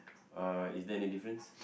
uh is there any difference